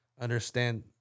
understand